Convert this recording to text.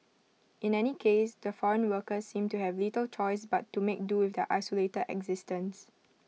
in any case the foreign workers seem to have little choice but to make do with their isolated existence